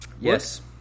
Yes